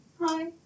hi